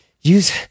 Use